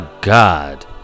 God